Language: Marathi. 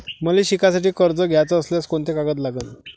मले शिकासाठी कर्ज घ्याचं असल्यास कोंते कागद लागन?